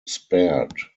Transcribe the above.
spared